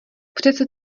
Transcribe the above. přece